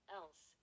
else